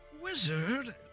wizard